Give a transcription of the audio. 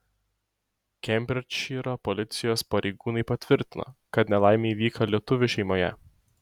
kembridžšyro policijos pareigūnai patvirtino kad nelaimė įvyko lietuvių šeimoje